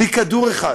בלי כדור אחד,